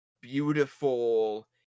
beautiful